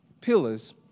Pillars